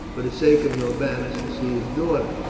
for the sake of norbanus, to see his daughter.